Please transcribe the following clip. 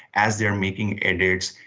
as they're making edits,